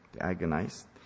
agonized